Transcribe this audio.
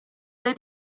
dei